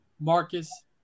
Marcus